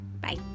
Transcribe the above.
bye